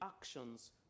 actions